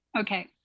Okay